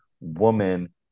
woman